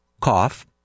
cough